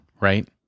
right